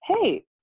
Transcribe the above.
hey